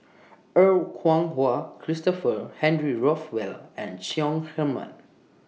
Er Kwong Wah Christopher Henry Rothwell and Chong Heman